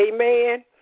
Amen